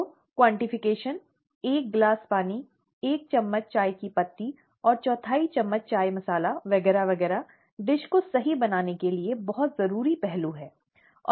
तो क्वांटिफिकेशन एक गिलास पानी एक चम्मच चाय की पत्ती और चौथाई चम्मच चाय मसाला वगैरह वगैरह डिश को सही बनाने के लिए बहुत जरूरी पहलू हैं